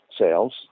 sales